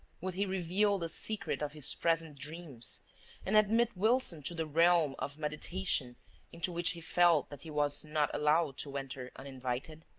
would he reveal the secret of his present dreams and admit wilson to the realm of meditation into which he felt that he was not allowed to enter uninvited?